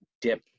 dip